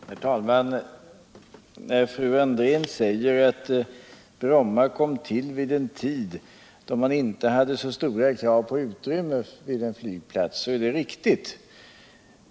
Herr talman! När fru Andrén säger att Bromma kom till vid en tidpunkt då man inte hade så stora krav på utrymme vid en flygplats så är det riktigt.